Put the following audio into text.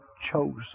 chosen